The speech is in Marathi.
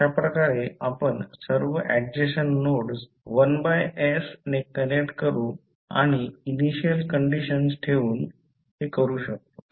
तर अशा प्रकारे आपण सर्व ऍड्जसेन्ट नोड्स 1 बाय s ने कनेक्ट करू शकतो आणि इनिशियल कंडिशन ठेवू शकतो